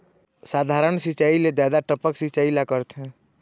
साधारण सिचायी ले जादा टपक सिचायी ला करथे